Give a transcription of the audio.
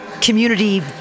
community